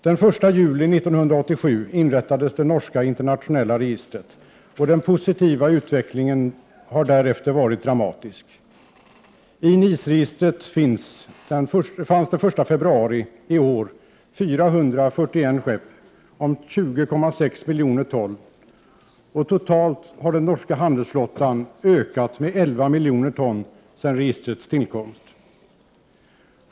Den 1 juli 1987 inrättades det norska internationella registret, och den positiva utvecklingen har därefter varit dramatisk. I NIS-registret fanns den 1 februari i år 441 skepp om 20,6 miljoner ton, och totalt har den norska handelsflottan ökat med 11 miljoner ton sedan registrets tillkomst.